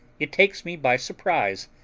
it takes me by surprise,